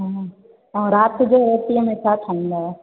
हूं ऐं राति जो रोटीअ में छा ठाहींदा आहियो